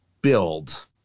build